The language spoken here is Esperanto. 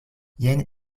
jen